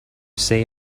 say